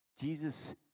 Jesus